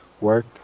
work